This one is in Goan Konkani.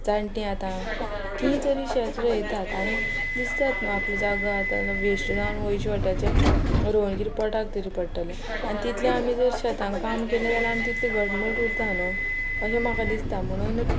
जाणटीं आतां तीं तरी शेत रोयतात आनी दिसतात न्हू आपलो जागो आतां वेस्ट जावन वयचे वाट्याचें रोवन कितें पोटाक तरी पडटलें आनी तितलें आमी जर शेतान काम केलें जाल्यार आमी तितलें घटमूट उरता न्हू अशें म्हाका दिसता म्हणून